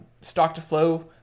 stock-to-flow